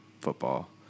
football